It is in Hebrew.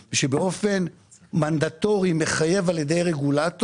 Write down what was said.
הציבור מעידה שאין בעיה במתן ריבית נאותה